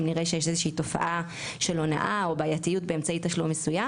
אם נראה שיש איזושהי תופעה של הונאה או בעייתיות באמצעי תשלום מסוים,